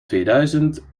tweeduizend